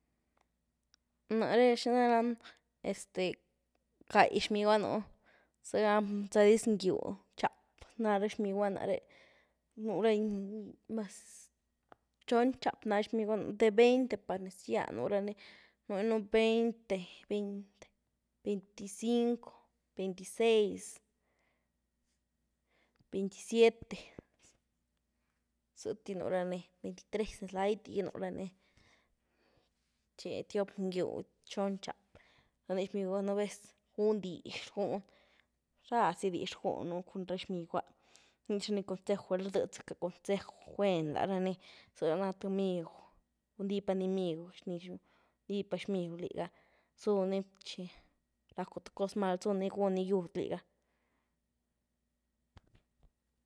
Náreh ¿xini lany? Este, gai zmigwa nú, zëga zadis ngýw, tcháp ná ra xmigwa náreh, núra, mëz txon cháp na xmigwa, de veinte par nezgýa nú rany, nú ni nú veinte, veinte, veinticinco, veintiseis, veintisiete zëty nú rany, veintitreslay tigy nú rany, txi tiop ngýw, txon cháp nany xhmigwa, nú vez rgwynú dix, rgwyn, ráh zy dix rgwynu cun ra xmigwá, rnix rany consejw rdëdy zaka consejw guén lá rany, zëh ná th migw, gundy pany migw, xmigw, ní pa xmigw lighá, zúh ny txi racku th cos mal, zúny gunny yud lighá.